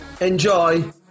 Enjoy